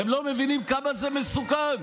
אתם לא מבינים כמה זה מסוכן?